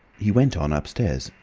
he went on upstairs,